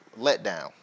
letdown